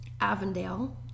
Avondale